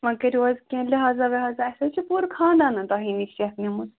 وۄنۍ کٔرِو حظ کیٚنٛہہ لِحاظہ وِحاظا اَسہِ حظ چھِ پوٗرٕ خاندانَن تۄہی نِش سِیٚکھ نِمٕژ